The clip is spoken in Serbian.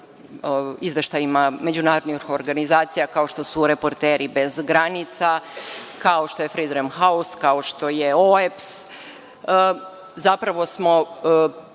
izveštajima međunarodnih organizacija kao što su Reporteri bez granica, kao što je „Fridom haus“, kao što je OEBS, zapravo se